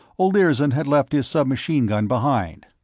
olirzon had left his submachine-gun behind.